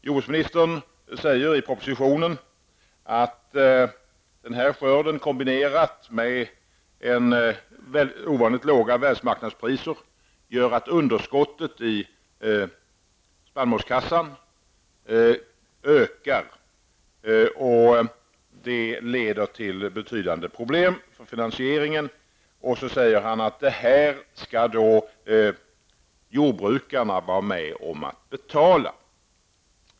Jordbruksministern säger i propositionen att den här skörden kombinerad med ovanligt låga världsmarknadspriser gör att underskottet i spannmålskassan ökar. Det leder till betydande problem när det gäller finansieringen. Så säger jordbruksministern att det här skall jordbrukarna vara med om att betala.